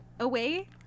away